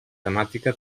temàtica